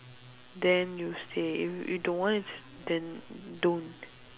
then you stay if you don't want it's then don't